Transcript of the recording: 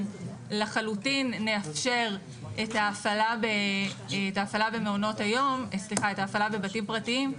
לחלוטין נאפשר את ההפעלה בבתים פרטיים,